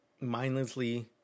mindlessly